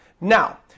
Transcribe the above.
Now